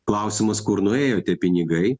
klausimas kur nuėjo tie pinigai